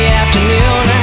afternoon